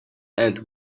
and